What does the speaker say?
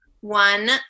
one